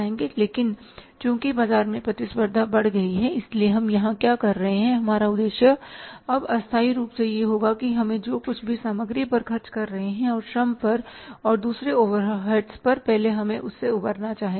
लेकिन चूंकि बाजार में प्रतिस्पर्धा बढ़ गई है इसलिए हम यहां क्या कर रहे हैं हमारा उद्देश्य अब अस्थायी रूप से यह होगा कि हम जो कुछ भी सामग्री पर खर्च कर रहे हैं और श्रम पर और दूसरे ओवरहेड्स पर पहले हम उससे उबरना चाहेंगे